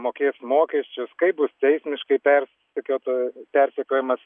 mokės mokesčius kaip bus teismiškai persekiota persekiojamas